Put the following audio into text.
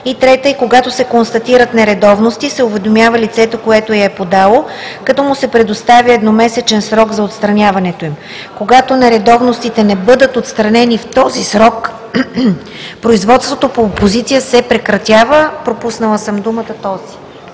2 и 3 и когато се констатират нередовности, се уведомява лицето, което я е подало, като му се предоставя едномесечен срок за отстраняването им. Когато нередовностите не бъдат отстранени в срок, производството по опозиция се прекратява. (4) Отказът за